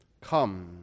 Come